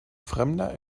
fremder